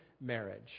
marriage